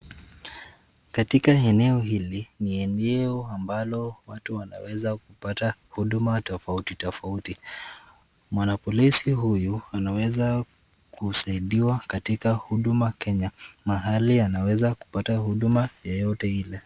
Katika eneo hili, ni eneo ambalo watu wanaweza kupata huduma tofauti tofauti. Mwanapolisi huyu anaweza kusaidiwa katika huduma Kenya mahali anaweza kupata huduma yeyote ile.